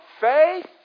faith